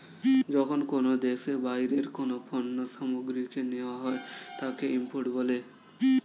যখন কোনো দেশে বাইরের কোনো পণ্য সামগ্রীকে নেওয়া হয় তাকে ইম্পোর্ট বলে